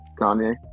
Kanye